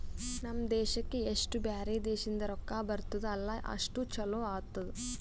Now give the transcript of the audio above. ನಮ್ ದೇಶಕ್ಕೆ ಎಸ್ಟ್ ಬ್ಯಾರೆ ದೇಶದಿಂದ್ ರೊಕ್ಕಾ ಬರ್ತುದ್ ಅಲ್ಲಾ ಅಷ್ಟು ಛಲೋ ಆತ್ತುದ್